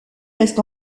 reste